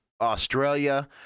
Australia